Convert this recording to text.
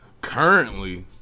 currently